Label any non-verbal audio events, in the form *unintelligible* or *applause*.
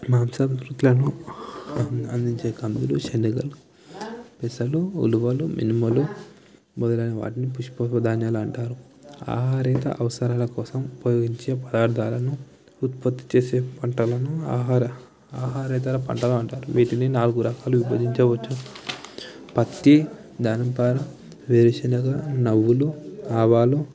*unintelligible* శనగలు పెసలు ఉలువలు మినుములు మొదలైన వాటిని పుష్పపు ధాన్యాలు అంటారు ఆహారేతర అవసరాల కోసం ఉపయోగించే పదార్థాలను ఉత్పత్తి చేసే పంటలను ఆహార ఆహారేతర పంటలనంటారు వీటిని నాలుగు రకాలుగా విభజించవచ్చు పత్తి *unintelligible* వేరుశెనగ నవ్వులు ఆవాలు